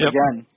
Again